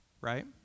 right